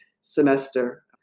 semester